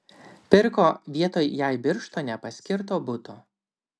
pirko vietoj jai birštone paskirto buto